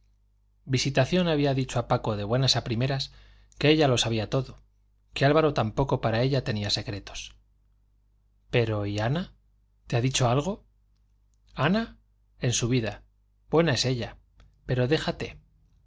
visitación había dicho a paco de buenas a primeras que ella lo sabía todo que álvaro tampoco para ella tenía secretos pero y ana te ha dicho algo ana en su vida buena es ella pero déjate